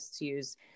use